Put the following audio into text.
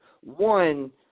one